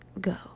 go